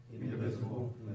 indivisible